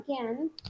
again